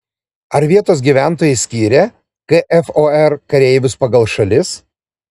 ar vietos gyventojai skiria kfor kareivius pagal šalis